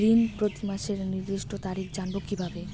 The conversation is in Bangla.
ঋণ প্রতিমাসের নির্দিষ্ট তারিখ জানবো কিভাবে?